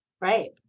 Right